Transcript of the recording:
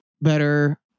better